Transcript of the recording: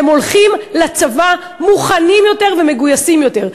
הם הולכים לצבא מוכנים יותר ומגויסים יותר.